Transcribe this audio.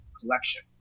collection